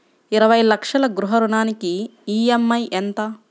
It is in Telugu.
ఇరవై లక్షల గృహ రుణానికి ఈ.ఎం.ఐ ఎంత?